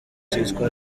cyitwa